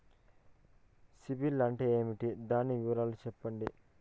సిబిల్ అంటే ఏమి? దాని వివరాలు సెప్పండి?